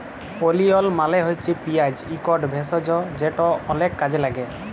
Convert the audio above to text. ওলিয়ল মালে হছে পিয়াঁজ ইকট ভেষজ যেট অলেক কাজে ল্যাগে